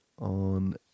on